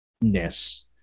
ness